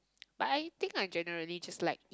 but I think I generally just like eat